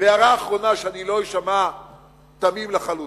והערה אחרונה, שאני לא אשמע תמים לחלוטין.